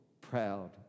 proud